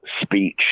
speech